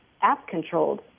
app-controlled